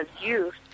youth